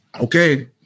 Okay